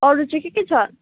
अरू चाहिँ के के छ